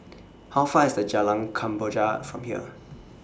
How Far IS The Jalan Kemboja from here